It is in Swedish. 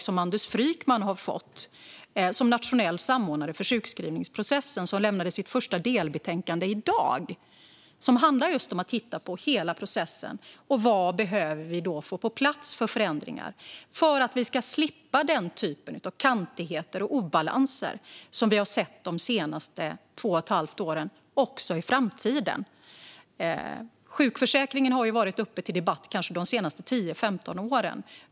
Mandus Frykman har fått uppdraget som nationell samordnare för sjukskrivningsprocessen och lämnade sitt första delbetänkande i dag. Det handlar om att titta på hela processen och vad vi behöver få på plats för förändringar för att vi i framtiden ska slippa den typ av kantigheter och obalanser som vi har sett de senaste två och ett halvt åren. Sjukförsäkringen har varit uppe till debatt de senaste kanske 10-15 åren.